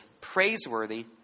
praiseworthy